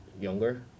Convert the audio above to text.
younger